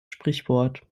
sprichwort